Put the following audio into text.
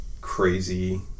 crazy